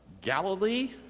Galilee